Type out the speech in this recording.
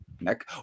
neck